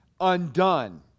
undone